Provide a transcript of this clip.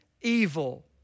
evil